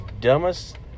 dumbest